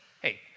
Hey